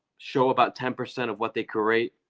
show about ten percent of what they create,